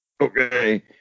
Okay